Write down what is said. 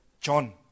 John